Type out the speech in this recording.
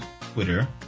Twitter